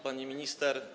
Pani Minister!